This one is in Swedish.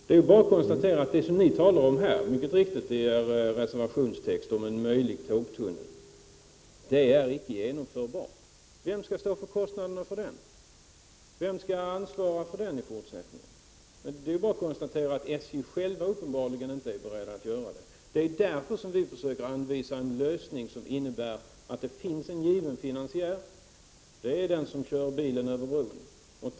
Det är bara att konstatera att det som ni nämner i er reservation om en möjlig tågtunnel icke är genomförbart. Vem skall stå för kostnaderna för tunneln? Vem skall ansvara för den i fortsättningen? Det är bara att konstatera att SJ självt inte är villigt att göra det. Det är därför som vi försöker anvisa en lösning som innebär att det finns en given finansiär, dvs. den som kör bilen över bron.